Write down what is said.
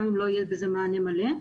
גם אם לא יהיה בזה מענה מלא.